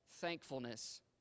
thankfulness